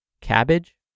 Cabbage